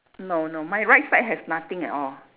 no no my right side has nothing at all